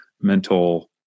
mental